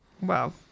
Wow